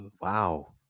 Wow